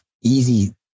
easy